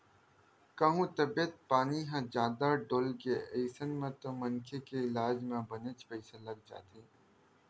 कहूँ तबीयत पानी ह जादा डोलगे अइसन म तो मनखे के इलाज म बनेच पइसा लग जाथे